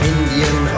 Indian